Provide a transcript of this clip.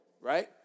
right